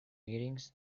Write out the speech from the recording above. meetings